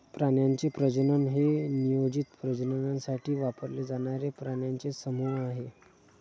प्राण्यांचे प्रजनन हे नियोजित प्रजननासाठी वापरले जाणारे प्राण्यांचे समूह आहे